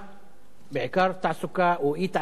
בעיקר תעסוקה או אי-תעסוקה של נשים,